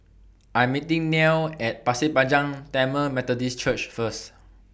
I'm meeting Nell At Pasir Panjang Tamil Methodist Church First